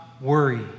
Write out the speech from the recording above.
worry